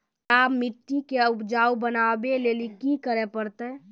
खराब मिट्टी के उपजाऊ बनावे लेली की करे परतै?